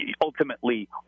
ultimately